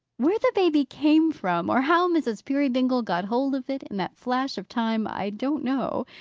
where the baby came from, or how mrs. peerybingle got hold of it in that flash of time, i don't know.